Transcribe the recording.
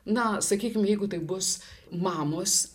na sakykim jeigu tai bus mamos